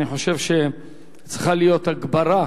אני חושב שצריכה להיות הגברה